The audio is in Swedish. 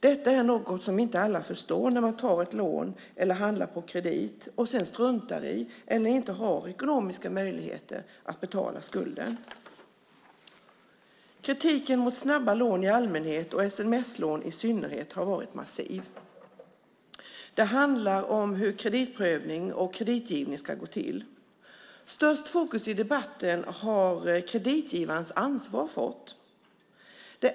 Detta är något som inte alla förstår när de tar ett lån eller handlar på kredit och sedan struntar i eller inte har ekonomiska möjligheter att betala skulden. Kritiken mot snabba lån i allmänhet och sms-lån i synnerhet har varit massiv. Det handlar om hur kreditprövning och kreditgivning ska gå till. Störst fokus i debatten har kreditgivarens ansvar fått.